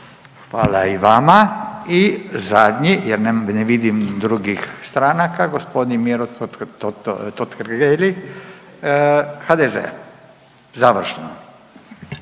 Hvala i vama. I zadnji jer ne vidim drugih stranaka, g. Miro Totgergeli HDZ-a završno.